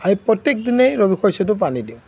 আমি প্ৰত্যেক দিনেই ৰবি শস্যটো পানী দিওঁ